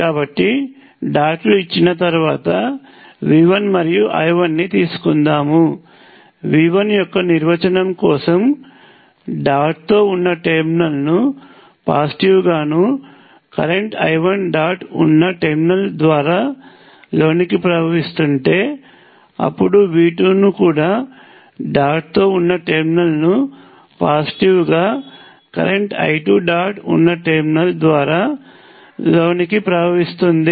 కాబట్టి డాట్ లు ఇచ్చిన తర్వాత V1 మరియు I1 ని తీసుకుందాము V1 యొక్క నిర్వచనం కోసం డాట్తో ఉన్న టెర్మినల్ ను పాజిటివ్ గాను కరెంట్ I1 డాట్ ఉన్నటెర్మినల్ ద్వారా లోనికి ప్రవహిస్తుంటే అప్పుడు V2 ను కూడా డాట్తో ఉన్న టెర్మినల్ ను పాజిటివ్గా కరెంట్ I2 డాట్ ఉన్నటెర్మినల్ ద్వారా లోనికి ప్రవహిస్తుంది